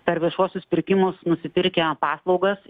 per viešuosius pirkimus nusipirkę paslaugas